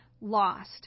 lost